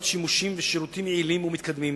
שימושים ושירותים יעילים ומתקדמים